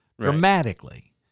dramatically